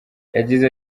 yagize